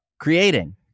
creating